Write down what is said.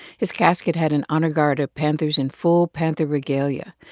his casket had an honor guard of panthers in full panther regalia.